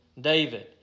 David